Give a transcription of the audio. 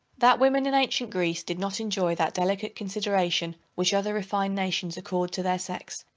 that women in ancient greece did not enjoy that delicate consideration which other refined nations accord to their sex,